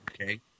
Okay